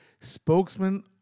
spokesman